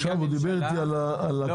עכשיו הוא דיבר איתי על הכללים.